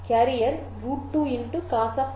carrier √2 cos 2πfct